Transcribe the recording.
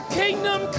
kingdom